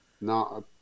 No